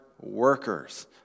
workers